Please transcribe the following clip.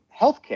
healthcare